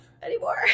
anymore